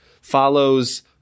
follows